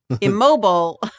immobile